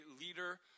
leader